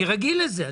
אני רגיל לזה.